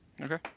Okay